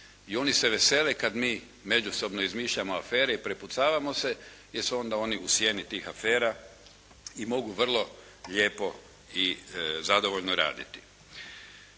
i oni se vesele kad mi međusobno izmišljamo afere i prepucavamo se jer su onda oni u sjeni tih afera i mogu vrlo lijepo i zadovoljno raditi.